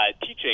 teaching